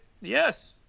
Yes